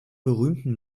berühmten